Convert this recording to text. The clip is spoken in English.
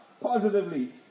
positively